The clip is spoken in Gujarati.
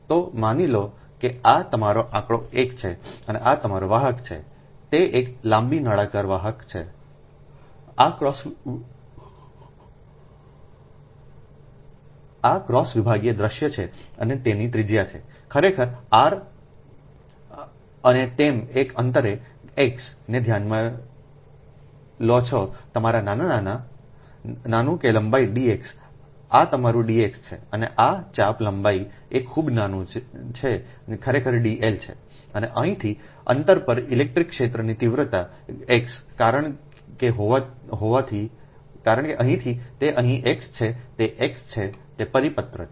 તો માની લો કે આ તમારો આંકડો 1 છે અને આ તમારા વાહક છે તે એક લાંબી નળાકાર વાહક છે અને આ ક્રોસ વિભાગીય દૃશ્ય છે અને તેની ત્રિજ્યા છે ખરેખર આર અને તમે એક અંતરે x ને ધ્યાનમાં લો છો તમારા નાના નાના અનંત સમયનો સંદર્ભ લો સમયનો સંદર્ભ લો 1222 નાનું કે લંબાઈ dx આ તમારું dx છે અને આ ચાપ લંબાઈ એ ખૂબ નાનું છે જે ખરેખર dl છે અને અહીંથી અંતર પર ઇલેક્ટ્રિક ક્ષેત્રની તીવ્રતા x કારણ કે અહીંથી તે અહીં x છે તે X છે તે પરિપત્ર છે